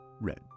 Red